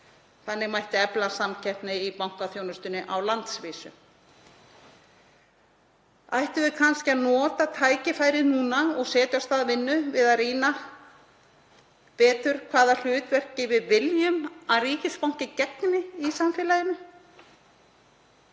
Þannig mætti efla samkeppni í bankaþjónustunni á landsvísu. Ættum við kannski að nota tækifærið núna og setja af stað vinnu við að rýna betur hvaða hlutverki við viljum að ríkisbanki gegni í samfélaginu?